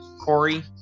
Corey